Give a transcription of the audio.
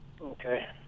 Okay